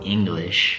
English